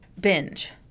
binge